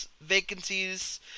vacancies